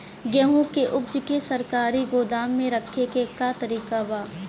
गेहूँ के ऊपज के सरकारी गोदाम मे रखे के का तरीका बा?